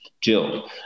Jill